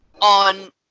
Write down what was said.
on